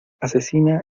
asesina